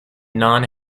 non